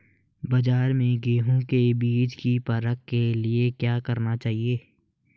बाज़ार में गेहूँ के बीज की परख के लिए क्या करना चाहिए?